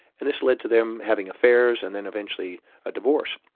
and this led to them having affairs, and then eventually a divorce.